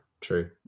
true